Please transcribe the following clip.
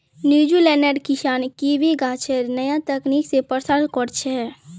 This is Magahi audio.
न्यूजीलैंडेर किसान कीवी गाछेर नया तकनीक स प्रसार कर छेक